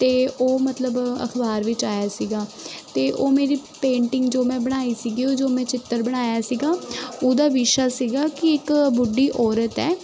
ਅਤੇ ਉਹ ਮਤਲਬ ਅਖਬਾਰ ਵਿੱਚ ਆਇਆ ਸੀਗਾ ਅਤੇ ਉਹ ਮੇਰੀ ਪੇਂਟਿੰਗ ਜੋ ਮੈਂ ਬਣਾਈ ਸੀਗੀ ਉਹ ਜੋ ਮੈਂ ਚਿੱਤਰ ਬਣਾਇਆ ਸੀਗਾ ਉਹਦਾ ਵਿਸ਼ਾ ਸੀਗਾ ਕਿ ਇੱਕ ਬੁੱਢੀ ਔਰਤ ਹੈ